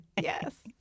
Yes